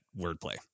wordplay